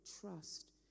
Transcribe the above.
trust